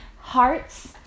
hearts